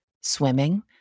swimming